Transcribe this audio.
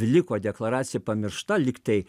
liko deklaracija pamiršta lygtai